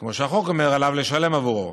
כמו שהחוק אומר, עליו לשלם עבורו.